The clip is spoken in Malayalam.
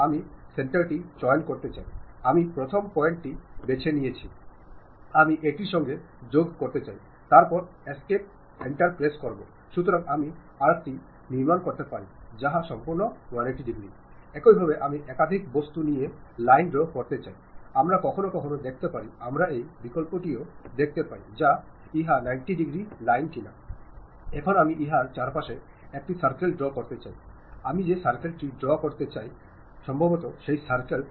ചില സമയങ്ങളിൽ ജീവനക്കാർ അസംതൃപ്തരായിരിക്കാം അല്ലെങ്കിൽ അവർ അസന്തുഷ്ടരാവാം പക്ഷേ നിങ്ങൾ ഒരു ഓർഗനൈസേഷനിൽ ആയിരിക്കുമ്പോൾ യഥാർത്ഥത്തിൽ നിങ്ങൾ പ്രതിനിധികരിക്കുകയും ആ ഓർഗനൈസേഷന്റെ പ്രതിരൂപമാകുകയും ചെയ്യുന്നുവെന്ന് ഓർക്കുക അതിനാൽ പ്രോത്സാഹിപ്പിക്കുന്നതിന് വേണ്ടി നിങ്ങൾ പരമാവധി തലത്തിൽ ശ്രമിക്കണം നിങ്ങളുടെ ക്രിയേറ്റീവ് ഇമേജ് ഒരു പോസിറ്റീവ് ഇമേജ് ആയി മാറ്റണം അതുവഴി നിങ്ങൾ പ്രവർത്തിക്കുന്ന ഓർഗനൈസേഷന്റെ ശരിക്കുമുള്ള പ്രശസ്തി പുറം ലോകത്തിനെ അറിയക്കണം